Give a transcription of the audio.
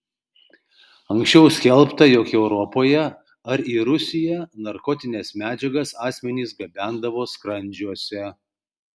anksčiau skelbta jog europoje ar į rusiją narkotines medžiagas asmenys gabendavo skrandžiuose